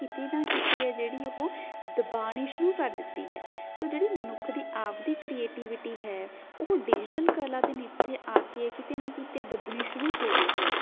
ਕਿਤੇ ਨਾ ਕਿਤੇ ਹੈ ਜਿਹੜੀ ਉਹ ਦਬਾਣੀ ਸ਼ੁਰੂ ਕਰ ਦਿੱਤੀ ਹੈ ਸੋ ਜਿਹੜੀ ਮਨੁੱਖ ਦੀ ਆਪ ਦੀ ਕ੍ਰੀਏਟਿਵਿਟੀ ਹੈ ਉਹ ਡਿਜੀਟਲ ਕਲਾ ਦੇ ਨੀਚੇ ਆ ਕੇ ਕਿਤੇ ਨਾ ਕਿਤੇ ਦੱਬਣੀ ਸ਼ੁਰੂ ਹੋ ਗਈ ਹੈ